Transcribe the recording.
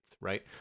right